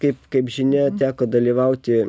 kaip kaip žinia teko dalyvauti